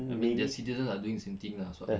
I mean the citizens are doing same thing lah so I